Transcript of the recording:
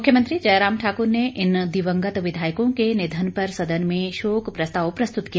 मुख्यमंत्री जयराम ठाकुर ने इन दिवंगत विधायकों के निधन पर सदन में शोक प्रस्ताव प्रस्तुत किया